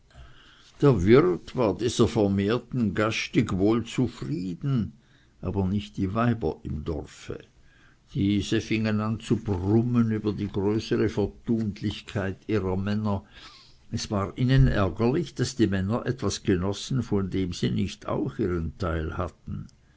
der wirt war dieser vermehrten gastig wohl zufrieden aber nicht die weiber im dorfe diese fingen an zu brummen über die größere vertunlichkeit ihrer männer es war ihnen ärgerlich daß die männer etwas genossen von dem sie nicht auch ihren teil hatten